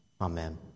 Amen